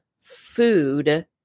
food